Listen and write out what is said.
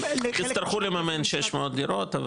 תצטרכו לממן שש מאות דירות.